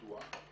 מדוע?